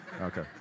Okay